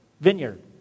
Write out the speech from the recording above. vineyard